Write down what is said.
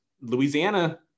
louisiana